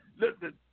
listen